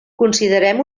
considerem